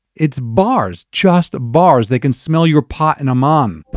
it's bars. just bars. they can smell your pot in amman.